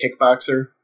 kickboxer